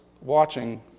watching